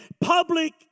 public